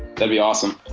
can be awesome